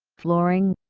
flooring,